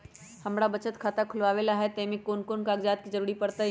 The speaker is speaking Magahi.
हमरा बचत खाता खुलावेला है त ए में कौन कौन कागजात के जरूरी परतई?